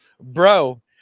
bro